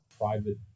private